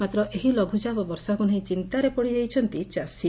ମାତ୍ର ଏହି ଲଘ୍ଚାପ ବର୍ଷାକୁ ନେଇ ଚିନ୍ତାରେ ପଡ଼ିଯାଇଛନ୍ତି ଚାଷୀ